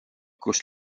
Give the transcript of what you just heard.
kus